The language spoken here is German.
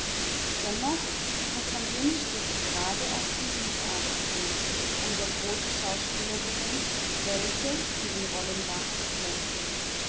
dennoch muß man jene stücke gerade auf diesem theater sehen um der großen schauspieler willen welche in den hauptrollen wahrhaft glänzen